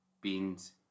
Beans